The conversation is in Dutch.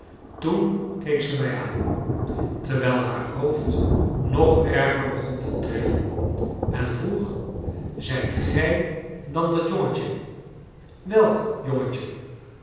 toen keek ze mij aan terwijl haar hoofd nog erger begon te trillen en vroeg zijt gij dan dat jongetje welk jongetje